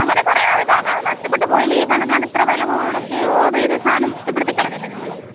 അങ്ങനെ പറയാനതു കാരണം അതു നഷ്ടപ്പെട്ടു പോയില്ലേ കാരണം ഞാനിത്ര വില മുടക്കി ഓഡർ ചെയ്ത സാധനം നഷ്ടപ്പെടുത്തിക്കളഞ്ഞില്ലേ നിങ്ങൾ